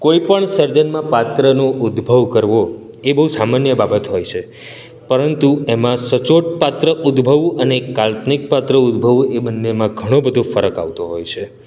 કોઇપણ સર્જનમાં પાત્રનો ઉદ્ભવ કરવો એ બહુ સામાન્ય બાબત હોય છે પરંતુ એમાં સચોટ પાત્ર ઉદ્ભવવું અને કાલ્પનિક પાત્ર ઉદ્ભવવું એ બંનેમાં ઘણો બધો ફરક આવતો હોય છે